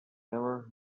never